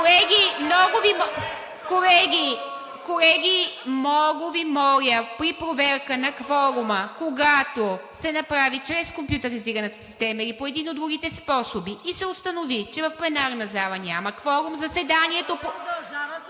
Колеги, много Ви моля, при проверка на кворума, когато се направи чрез компютризираната система и по един от другите способи и се установи, че в пленарната зала няма кворум, заседанието…